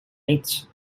eight